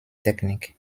technique